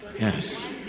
yes